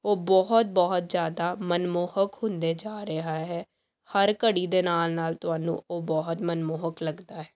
ਉਹ ਬਹੁਤ ਬਹੁਤ ਜ਼ਿਆਦਾ ਮਨਮੋਹਕ ਹੁੰਦੇ ਜਾ ਰਿਹਾ ਹੈ ਹਰ ਘੜੀ ਦੇ ਨਾਲ ਨਾਲ ਤੁਹਾਨੂੰ ਉਹ ਬਹੁਤ ਮਨਮੋਹਕ ਲੱਗਦਾ ਹੈ